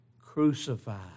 crucified